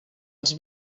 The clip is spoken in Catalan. els